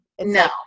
No